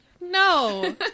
No